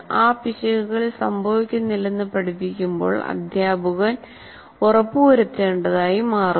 ആ പിശകുകൾ സംഭവിക്കുന്നില്ലെന്ന് പഠിപ്പിക്കുമ്പോൾ അദ്ധ്യാപകൻ ഉറപ്പുവരുത്തേണ്ടതായി മാറുന്നു